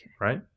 Right